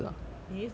你以为是你 meh